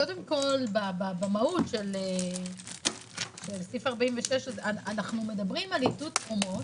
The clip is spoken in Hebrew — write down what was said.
קודם כל במהות של סעיף 46 אנו מדברים על עידוד תרומות,